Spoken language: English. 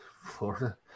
Florida